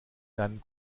deinem